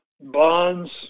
Bonds